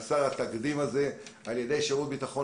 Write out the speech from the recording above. חסר התקדים הזה על-ידי שירות הביטחון